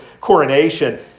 coronation